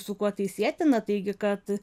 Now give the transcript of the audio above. su kuo tai sietina taigi kad